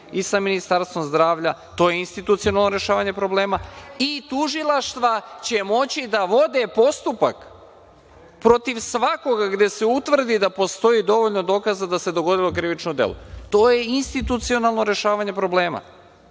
i sa Ministarstvom zdravlja. To je institucionalno rešavanje problema. Tužilaštva će moći da vode postupak protiv svakog gde se utvrdi da postoji dovoljno dokaza da se dogodilo krivično delo. To je institucionalno rešavanje problema.